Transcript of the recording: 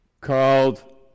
called